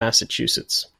massachusetts